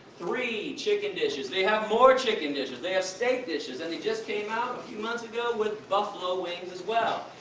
three chicken dishes! they have more chicken dishes, they have steak dishes, and they just came out a few months ago with buffalo wings, as well.